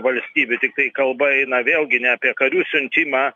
valstybių tiktai kalba eina vėlgi ne apie karių siuntimą